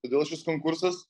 todėl šis konkursas